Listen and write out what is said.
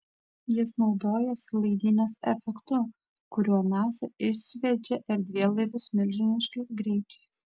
jis naudojasi laidynės efektu kuriuo nasa išsviedžia erdvėlaivius milžiniškais greičiais